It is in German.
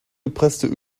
gepresste